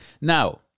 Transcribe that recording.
Now